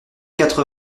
quatre